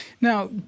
Now